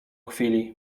chwili